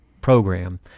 program